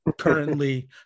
currently